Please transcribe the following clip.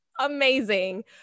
amazing